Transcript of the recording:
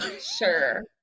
sure